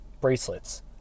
bracelets